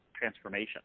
transformation